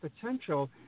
potential